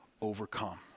Overcome